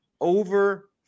over